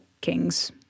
kings